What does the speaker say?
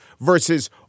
versus